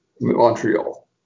Montreal